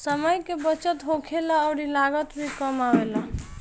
समय के बचत होखेला अउरी लागत भी कम आवेला